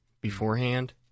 beforehand